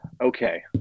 Okay